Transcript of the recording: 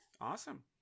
Awesome